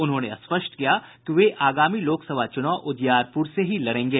उन्होंने स्पष्ट किया कि वे आगामी लोकसभा चुनाव उजियारपुर से ही लड़ेंगे